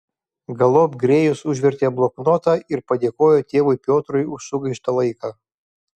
galop grėjus užvertė bloknotą ir padėkojo tėvui piotrui už sugaištą laiką